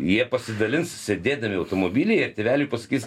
jie pasidalins sėdėdami automobilyje ir tėveliui pasakys